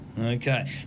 Okay